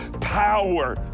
power